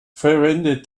verwendet